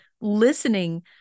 listening